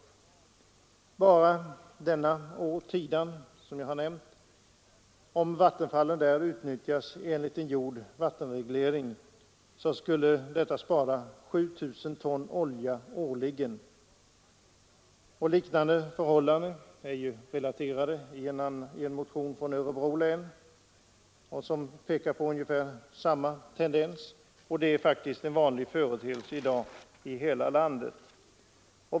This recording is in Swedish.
Om vattenfallen bara vid detta vattendrag, Tidan, utnyttjas enligt en gjord vattenreglering skulle detta spara 7 000 ton olja årligen. Liknande förhållanden är relaterade i en motion från Örebro län. Den pekar på samma tendens, och det är faktiskt en vanlig företeelse i dag i hela landet.